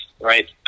right